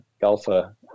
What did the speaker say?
golfer